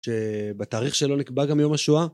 שבתאריך שלו נקבע גם יום השואה.